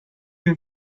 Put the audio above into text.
you